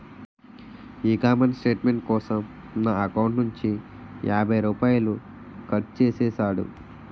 ఈ comment statement కోసం నా ఎకౌంటు నుంచి యాభై రూపాయలు కట్టు చేసేసాడు